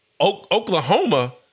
Oklahoma